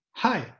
Hi